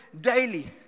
daily